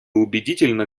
убедительно